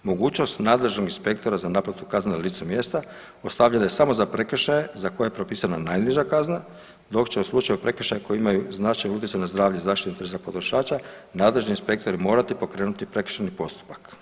Mogućnost nadležnog inspektora za naplatu kazne na licu mjesta ostavljena je samo za prekršaje za koje je propisana najniža kazna dok će u slučaju prekršaja koji imaju značajan utjecaj na zdravlje i zaštitu interesa potrošača nadležni inspektori morati pokrenuti prekršajni postupak.